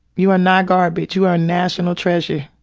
you are not garbage. you are a national treasure.